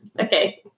Okay